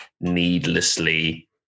needlessly